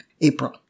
April